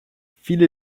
viele